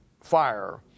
fire